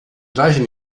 gleichen